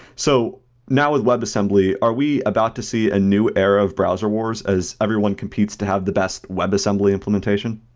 so now, with webassembly, are we about to see a new era of browser wars as everyone competes to have the best webassembly implementation?